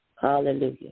Hallelujah